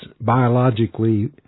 biologically